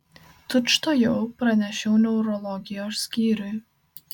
tučtuojau pranešiau neurologijos skyriui